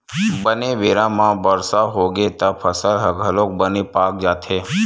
बने बेरा म बरसा होगे त फसल ह घलोक बने पाक जाथे